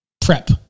prep